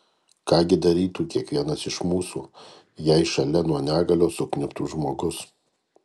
ką gi darytų kiekvienas iš mūsų jei šalia nuo negalios sukniubtų žmogus